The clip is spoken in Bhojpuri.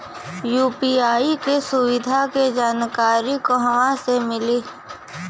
यू.पी.आई के सुविधा के जानकारी कहवा से मिली?